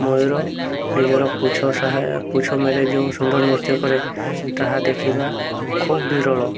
ମୟୂର ନିଜର ପୁଚ୍ଛ ପୁଚ୍ଛ ମେଲାଇ ଯେଉଁ ସୁନ୍ଦର ନୃତ୍ୟ କରେ ତାହା ଦେଖିବା ଖୁବ୍ ବିରଳ